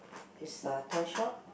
is a toy shop